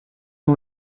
ans